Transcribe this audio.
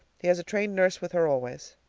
he has a trained nurse with her always.